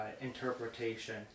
interpretation